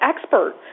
expert